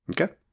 Okay